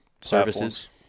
services